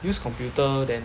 use computer then